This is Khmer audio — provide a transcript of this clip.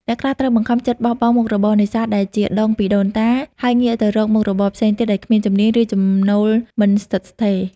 អ្នកខ្លះត្រូវបង្ខំចិត្តបោះបង់មុខរបរនេសាទដែលជាដុងពីដូនតា ហើយងាកទៅរកមុខរបរផ្សេងទៀតដែលគ្មានជំនាញ ឬចំណូលមិនស្ថិតស្ថេរ។